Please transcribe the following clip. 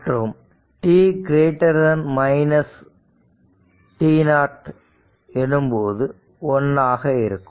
மற்றும் t t0 எனும்போது 1 ஆக இருக்கும்